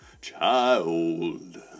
child